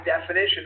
definition